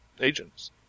agents